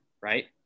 right